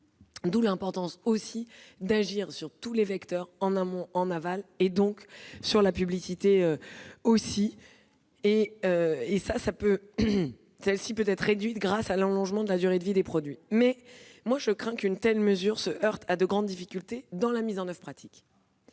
toute l'importance d'agir sur tous les vecteurs, en amont et en aval, et donc sur la publicité. Si celle-ci peut être réduite grâce à l'allongement de la durée de vie des produits, je crains qu'une telle mesure se heurte à de grandes difficultés dans sa mise en oeuvre pratique.